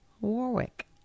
Warwick